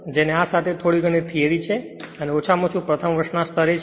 તેથી આ સાથે જે થોડી ઘણી થિયરી છે તે ઓછામાં ઓછું પ્રથમ વર્ષના સ્તરે છે